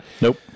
Nope